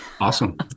Awesome